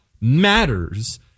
matters